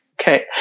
okay